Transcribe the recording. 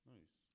Nice